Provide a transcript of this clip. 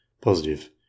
Positive